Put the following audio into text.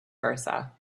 versa